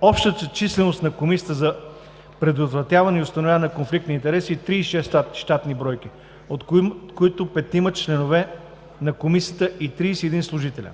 Общата численост на Комисията за предотвратяване и установяване на конфликт на интереси е 36 щатни бройки, от които 5-ма членове на Комисията и 31 служители.